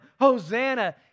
Hosanna